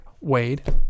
Wade